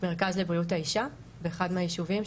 מרכז לבריאות האישה באחד מהיישובים,